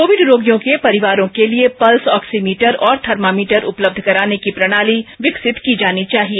Covid रोगियों के परिवारों के लिए पल्स ऑक्सीमीटर और थर्मामीटर उपलब्ध कराने की प्रणाली विकेसित की जानी चाहिए